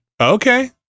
Okay